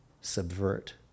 subvert